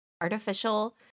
artificial